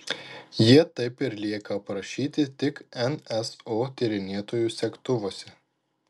jie taip ir lieka aprašyti tik nso tyrinėtojų segtuvuose